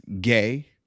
gay